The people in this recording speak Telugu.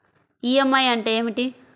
ఈ.ఎం.ఐ అంటే ఏమిటి?